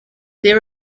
their